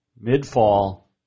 Mid-fall